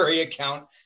account